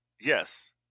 Yes